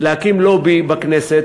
להקים לובי בכנסת.